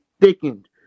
thickened